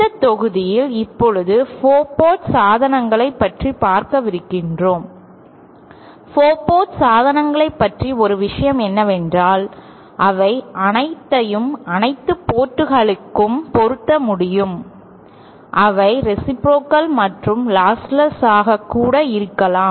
இந்த தொகுதியில் இப்போது 4 போர்ட் சாதனங்களை பற்றி பார்க்க விருக்கிறோம் 4 போர்ட் சாதனங்களைப் பற்றிய ஒரு விஷயம் என்னவென்றால் அவை அனைத்தையும் அனைத்து போர்ட்களிலும் பொருத்த முடியும் அவை ரேசிப்ரோகல் மற்றும் லாஸ்லெஸ் ஆக கூட இருக்கலாம்